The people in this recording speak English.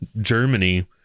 Germany